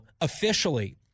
officially